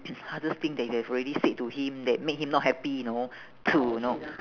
hardest thing that you have already said to him that made him not happy you know to you know